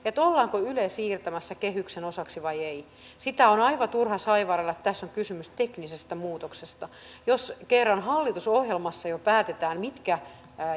ollaanko yle siirtämässä kehyksen osaksi vai ei sitä on aivan turva saivarrella että tässä on kysymys teknisestä muutoksesta jos kerran hallitusohjelmassa jo päätetään mitkä